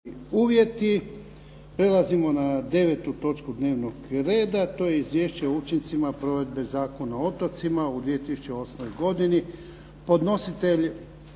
(HDZ)** Prelazimo na slijedeću točku dnevnog reda. - Izvješće o učincima provedbe Zakona o otocima u 2008. godini Podnositelj